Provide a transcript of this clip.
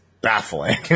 Baffling